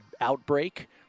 outbreak